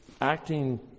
acting